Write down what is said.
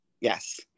Yes